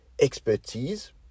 expertise